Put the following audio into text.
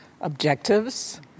objectives